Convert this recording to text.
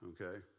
okay